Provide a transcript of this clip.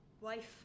Wife